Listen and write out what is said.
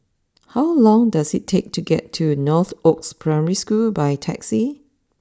how long does it take to get to Northoaks Primary School by taxi